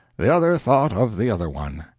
the other thought of the other one.